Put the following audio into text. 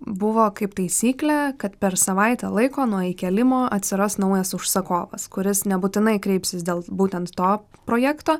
buvo kaip taisyklė kad per savaitę laiko nuo įkėlimo atsiras naujas užsakovas kuris nebūtinai kreipsis dėl būtent to projekto